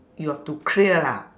you have to clear lah